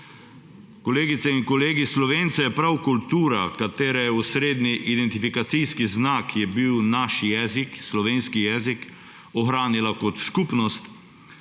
Kolegice in kolegi, Slovence je prav kultura, katere osrednji identifikacijski znak je bil naš jezik, slovenski jezik, ohranila kot skupnost,